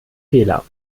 fehler